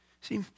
See